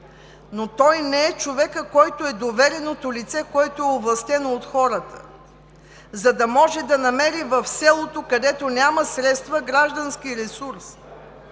но той не е човекът, който е довереното лице, което е овластено от хората, за да може да намери в селото, където няма средства, граждански ресурс.